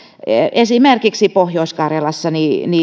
esimerkiksi pohjois karjalassa